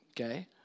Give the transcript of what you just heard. Okay